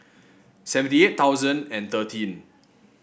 seventy eight thousand and thirteen